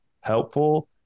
helpful